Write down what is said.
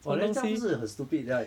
!wah! then 这样不是很 stupid they're like